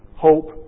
hope